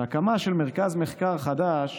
והקמה של מרכז מחקר חדש